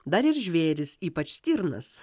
dar ir žvėrys ypač stirnas